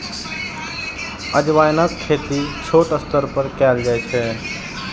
अजवाइनक खेती छोट स्तर पर कैल जाइ छै